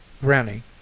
Granny